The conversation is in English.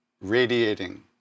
radiating